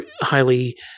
highly